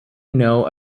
know